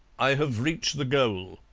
i have reached the goal.